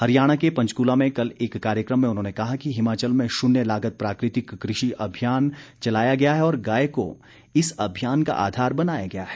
हरियाणा के पंचकूला में कल एक कार्यक्रम में उन्होंने कहा कि हिमाचल में शून्य लागत प्राकृतिक कृषि अभियान चलाया गया है और गाय को इस अभियान का आधार बनाया गया है